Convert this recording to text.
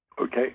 okay